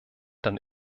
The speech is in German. dann